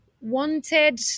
wanted